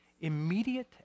immediate